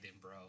bro